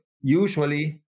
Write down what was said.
usually